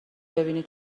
ببینی